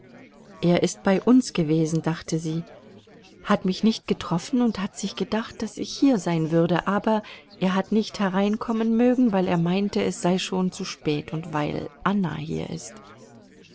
er ist bei uns gewesen dachte sie hat mich nicht getroffen und hat sich gedacht daß ich hier sein würde aber er hat nicht hereinkommen mögen weil er meinte es sei schon zu spät und weil anna hier ist